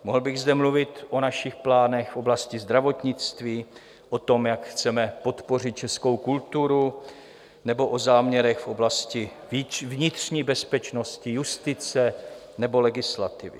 Mohl bych zde mluvit o našich plánech v oblasti zdravotnictví, o tom, jak chceme podpořit českou kulturu, nebo o záměrech v oblasti vnitřní bezpečnosti, justice nebo legislativy.